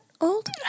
old